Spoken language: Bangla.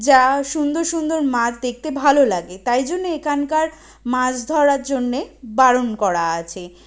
যা সুন্দর সুন্দর মাছ দেখতে ভালো লাগে তাই জন্যে এখানকার মাছ ধরার জন্যে বারণ করা আছে